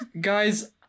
Guys